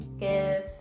give